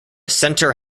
centre